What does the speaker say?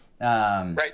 Right